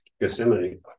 Gethsemane